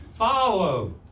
Follow